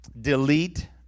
Delete